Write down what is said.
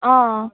অঁ